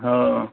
हो